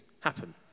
happen